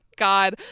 God